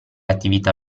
attività